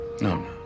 no